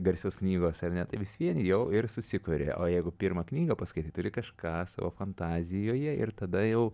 garsios knygos ar ne tai vis vien jau ir susikuri o jeigu pirmą knygą paskaitai turi kažką savo fantazijoje ir tada jau